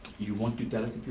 you want to tell us